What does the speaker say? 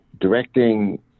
directing